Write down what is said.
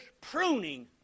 pruning